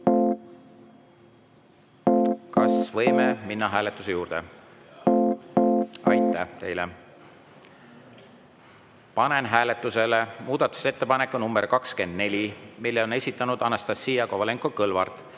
Kas võime minna hääletuse juurde? (Saal on nõus.) Aitäh teile! Panen hääletusele muudatusettepaneku nr 24, mille on esitanud Anastassia Kovalenko‑Kõlvart,